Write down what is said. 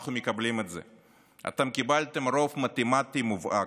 אנחנו מקבלים את זה, קיבלתם רוב מתמטי מובהק.